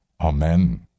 amen